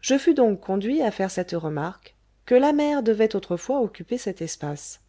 je fus donc conduit à faire cette remarque que la mer devait autrefois occuper cet espace